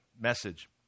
message